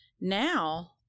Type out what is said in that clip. Now